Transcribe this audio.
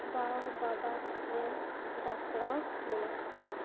ᱵᱟᱣ ᱵᱟᱵᱟᱛ ᱨᱮ ᱡᱟᱯᱲᱟᱣ ᱢᱮᱱᱟᱜ ᱠᱚᱣᱟ